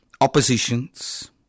oppositions